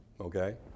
Okay